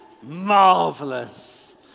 Marvelous